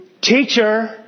Teacher